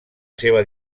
seva